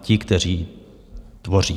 Ti, kteří ji tvoří.